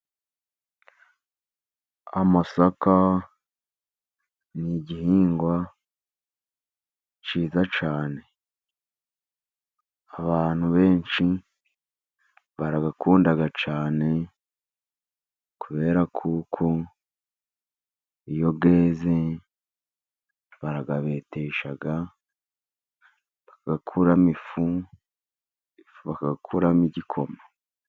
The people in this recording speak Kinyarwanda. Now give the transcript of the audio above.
Amasaka ni igihingwa cyiza cyane. Abantu benshi barayakunda cyane, kubera ko iyo yeze bayabetesha, bagakuramo ifumu, ifu bagakuramo igikoma.